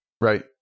Right